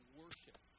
worship